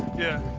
yeah.